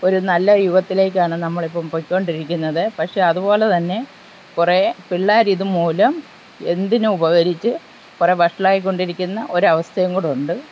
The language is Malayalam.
ഒരു നല്ല യുഗത്തിലേക്കാണ് നമ്മളിപ്പം പോയ്ക്കൊണ്ടിരിക്കുന്നത് പക്ഷേ അതുപോലെ തന്നെ കുറേ പിള്ളേരിത് മൂലം എന്തിനു ഉപകരിച്ച് കുറേ വഷളായിക്കൊണ്ടിരിക്കുന്ന ഒരവസ്ഥയുംകൂടിയുണ്ട്